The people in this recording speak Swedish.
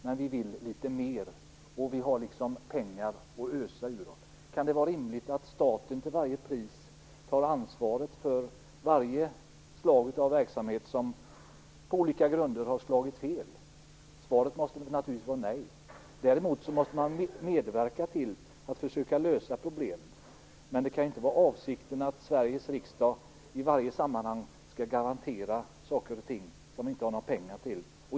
Men vi vill litet mer, och vi har pengar att ösa. Kan det vara rimligt att staten till varje pris skall ta ansvar för varje slags verksamhet som på olika grunder har slagit fel? Svaret måste naturligtis vara nej. Däremot måste man medverka till att försöka lösa problem. Det kan inte vara avsikten att Sveriges riksdag i varje sammanhang skall garantera saker och ting som det saknas pengar till.